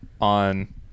On